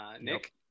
Nick